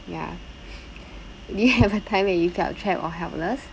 ya do you have a time when you felt trap or helpless